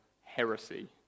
heresy